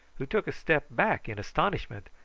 who took a step back in astonishment,